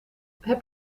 heb